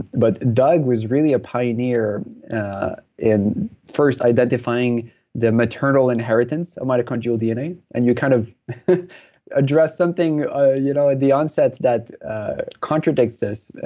but doug was really a pioneer in first identifying the maternal inheritance of mitochondrial dna, and you kind of addressed something ah you know at the onset that contradicts this.